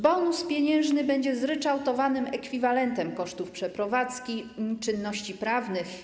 Bonus pieniężny będzie zryczałtowanym ekwiwalentem kosztów przeprowadzki i czynności prawnych.